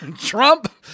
Trump